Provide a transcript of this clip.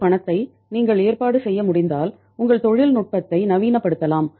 இந்த பணத்தை நீங்கள் ஏற்பாடு செய்ய முடிந்தால் உங்கள் தொழில்நுட்பத்தை நவீனப்படுத்தலாம்